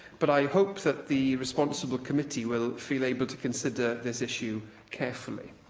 but i hope that the responsible committee will feel able to consider this issue carefully.